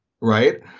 Right